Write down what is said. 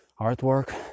artwork